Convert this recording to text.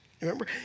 Remember